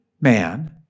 man